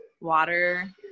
water